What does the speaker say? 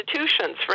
institutions